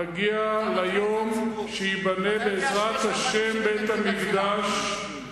נגיע ליום, אתה מטעה את הציבור.